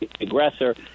aggressor